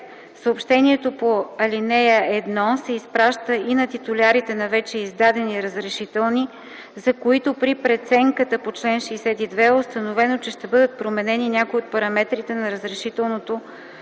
Съобщението по ал. 1 се изпраща и на титулярите на вече издадени разрешителни, за които при преценката по чл. 62 е установено, че ще бъдат променени някои от параметрите на разрешеното